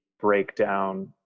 breakdown